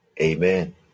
Amen